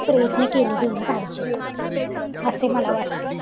प्रयत्न केले गेले पाहिजेत असे मला वाटते